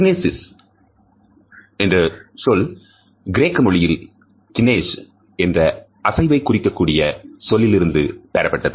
kinesics என்று சொல் கிரேக்க மொழியில் கினேஷ் 'kines 'என்ற அசைவை குறிக்கக்கூடிய சொல்லிலிருந்து பெறப்பட்டது